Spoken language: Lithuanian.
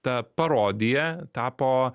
ta parodija tapo